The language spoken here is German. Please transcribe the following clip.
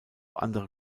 andere